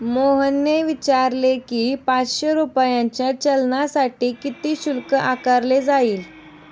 मोहनने विचारले की, पाचशे रुपयांच्या चलानसाठी किती शुल्क आकारले जाईल?